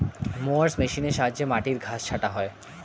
mowers মেশিনের সাহায্যে মাটির ঘাস ছাঁটা হয়